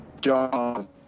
Jaws